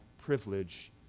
privilege